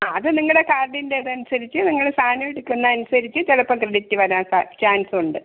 ആ അത് നിങ്ങളുടെ കാർഡിൻ്റെ ഇതനുസരിച്ച് നിങ്ങൾ സാധനം എടുക്കുന്നത് അനുസരിച്ച് ചിലപ്പോൾ ക്രെഡിറ്റ് വരാൻ ചാൻസ് ഉണ്ട്